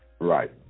Right